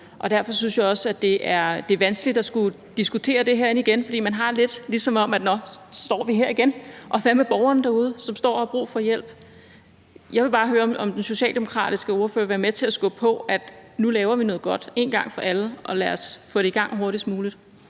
og derfor synes jeg også, det er vanskeligt at skulle diskutere det herinde igen. Det føles lidt, som om at nu står vi her igen, og hvad med borgeren derude, som står og har brug for hjælp? Jeg vil bare høre, om den socialdemokratiske ordfører vil være med til at skubbe på for, at vi nu en gang for alle laver noget godt, og lad os få det i gang hurtigst muligt.